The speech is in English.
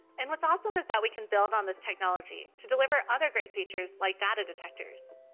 and what's awesome is that we can build on this technology to deliver other great features, like data detectors.